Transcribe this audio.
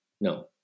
No